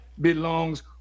belongs